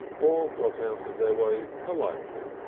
or got out of their way politely,